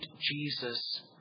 Jesus